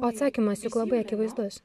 atsakymas juk labai akivaizdus